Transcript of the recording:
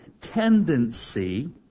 tendency